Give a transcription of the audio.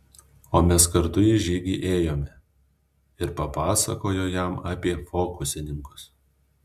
o mes kartu į žygį ėjome ir papasakojo jam apie fokusininkus